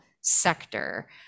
sector